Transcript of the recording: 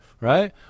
right